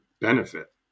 benefit